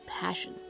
passion